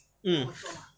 mm